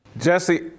Jesse